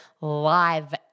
live